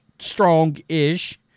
Strong-ish